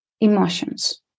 emotions